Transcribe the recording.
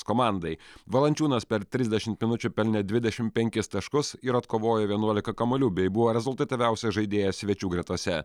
komandai valančiūnas per trisdešimt minučių pelnė dvidešimt penkis taškus ir atkovojo vienuoliką kamuolių bei buvo rezultatyviausias žaidėjas svečių gretose